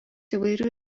įvairių